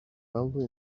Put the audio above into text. only